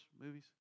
movies